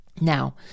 Now